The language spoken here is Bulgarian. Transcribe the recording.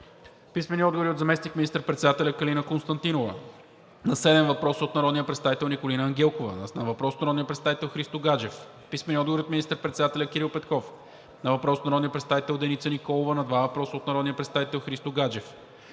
Христо Гаджев; - заместник министър-председателя Калина Константинова на седем въпроса от народния представител Николина Ангелкова; на въпрос от народния представител Христо Гаджев; - министър-председателя Кирил Петков на въпрос от народния представител Деница Николова, на два въпроса от народния представител Христо Гаджев;